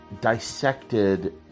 dissected